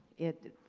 it